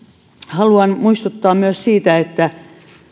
haluan muistuttaa myös siitä että